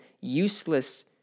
useless